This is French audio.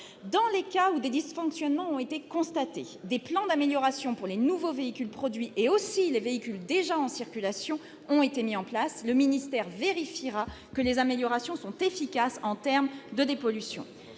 Dans les cas où des dysfonctionnements ont été constatés, des plans d'amélioration pour les nouveaux véhicules produits, ainsi que pour les véhicules déjà en circulation, ont été mis en place. Le ministère vérifiera que les améliorations sont efficaces en termes de dépollution.